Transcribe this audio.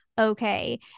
okay